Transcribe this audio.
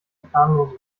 planlos